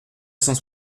cent